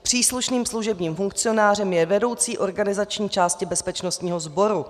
Příslušným služebním funkcionářem je vedoucí organizační části bezpečnostního sboru.